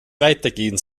weitergehen